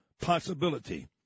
possibility